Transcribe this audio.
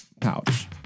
pouch